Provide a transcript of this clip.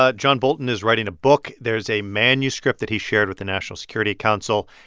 ah john bolton is writing a book. there's a manuscript that he shared with the national security council.